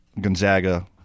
Gonzaga